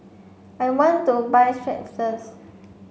I want to buy Strepsils